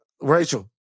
Rachel